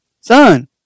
son